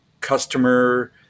customer